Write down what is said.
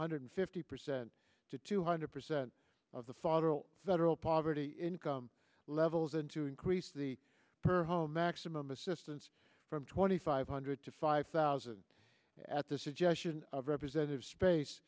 hundred fifty percent to two hundred percent of the father federal poverty income levels and to increase the per home maximum assistance from twenty five hundred to five thousand at the suggestion of representative space